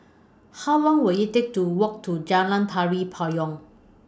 How Long Will IT Take to Walk to Jalan Tari Payong